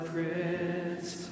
Prince